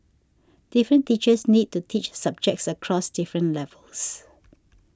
different teachers need to teach subjects across different levels